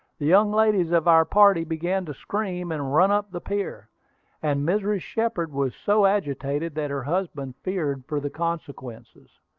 the young ladies of our party began to scream and run up the pier and mrs. shepard was so agitated that her husband feared for the consequences.